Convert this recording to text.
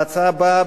ההצעה באה,